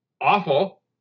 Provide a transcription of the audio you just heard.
awful